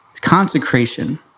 Consecration